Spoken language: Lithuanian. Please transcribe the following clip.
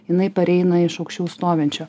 jinai pareina iš aukščiau stovinčio